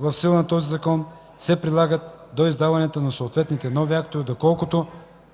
в сила на този закон се прилагат до издаването на съответните нови актове, доколкото